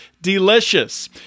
delicious